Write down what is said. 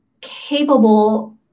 capable